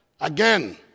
Again